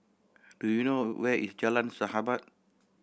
do you know where is Jalan Sahabat